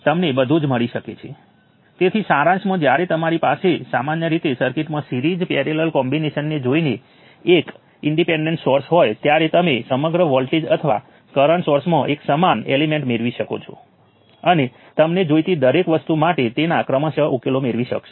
હું આ variable V1 V2 અને V3 નો પ્રાયમરી વેરિયેબલ તરીકે ઉપયોગ કરીશ અને મારા સમીકરણો લખીશ